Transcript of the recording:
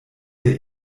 der